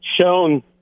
shown